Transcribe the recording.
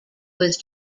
was